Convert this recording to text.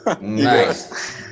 Nice